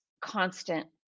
constant